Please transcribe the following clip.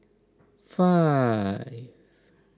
five